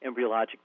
embryologic